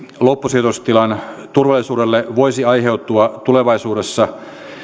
loppusijoitustilan turvallisuudelle voisi aiheutua tulevaisuudessa